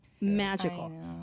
Magical